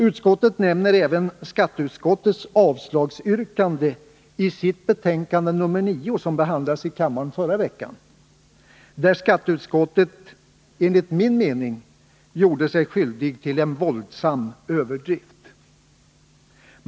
Utskottet nämner även skatteutskottets avslagsyrkande i betänkande nr 9, som behandlades i kammaren i förra veckan, där skatteutskottet enligt min mening gjorde sig skyldigt till en våldsam överdrift.